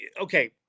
okay